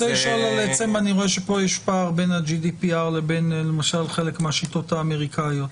אני רואה שפה יש פער בין ה-GDPR לבין למשל חלק מהשיטות האמריקניות.